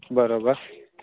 બરોબર